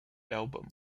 album